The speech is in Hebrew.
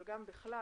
אבל גם בכלל,